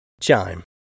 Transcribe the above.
Chime